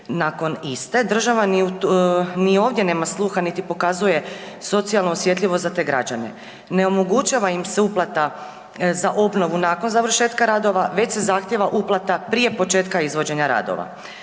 nakon iste, država ni ovdje nema sluha niti pokazuje socijalnu osjetljivost za te građane, ne omogućava im se uplata za obnovu nakon završetka radova već se zahtjeva uplata prije početka izvođenja radova.